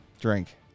drink